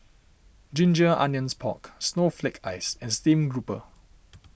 Ginger Onions Pork Snowflake Ice and Stream Grouper